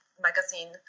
magazine